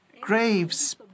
graves